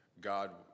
God